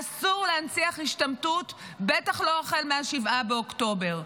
אסור להנציח השתמטות, בטח לא החל מ-7 באוקטובר?